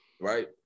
right